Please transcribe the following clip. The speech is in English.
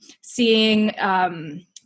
seeing